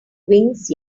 wings